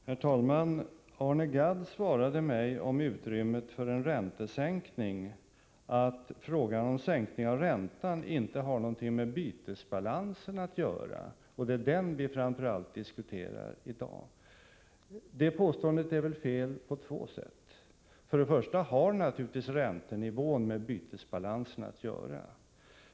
Herr talman! Arne Gadd sade, som svar på min fråga om utrymmet för en räntesänkning, att en sänkning av räntan inte har något med bytesbalansen att göra och att det är den som vi framför allt diskuterar i dag. Det påståendet är fel på två sätt. För det första har naturligtvis räntenivån med bytesbalansen att göra.